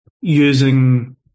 using